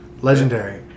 Legendary